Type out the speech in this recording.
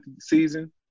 season